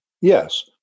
Yes